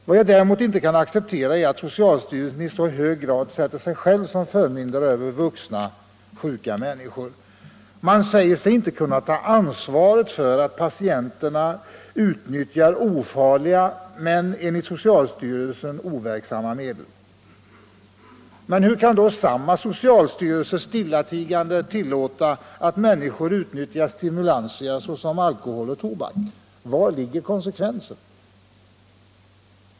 Vad jag däremot inte kan acceptera är att socialstyrelsen i så hög grad sätter sig själv såsom förmyndare över vuxna, sjuka människor. Man säger sig inte kunna ta ansvaret för att patienter utnyttjar ofarliga men — enligt socialstyrelsen — overksamma medel. Men hur kan då samma socialstyrelse stillatigande tillåta att människor utnyttjar stimulantia såsom alkohol och tobak? Var ligger konsekvensen?